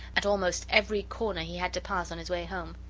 at almost every corner he had to pass on his way home.